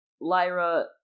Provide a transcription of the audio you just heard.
Lyra